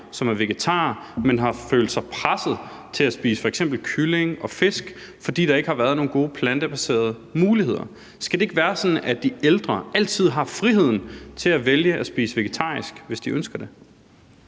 som er vegetarer, men som har følt sig presset til at spise f.eks. kylling og fisk, fordi der ikke har været nogen gode plantebaserede muligheder. Skal det ikke være sådan, at de ældre altid har friheden til at vælge at spise vegetarisk, hvis de ønsker det?